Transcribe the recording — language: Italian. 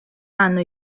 hanno